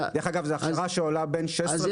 דרך אגב, זו הכשרה שעולה בין 16,000 ל-18,000 שקל.